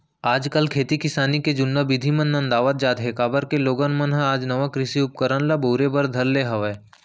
आज काल खेती किसानी के जुन्ना बिधि मन नंदावत जात हें, काबर के लोगन मन ह आज नवा कृषि उपकरन मन ल बउरे बर धर ले हवय